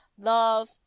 love